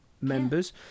members